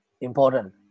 important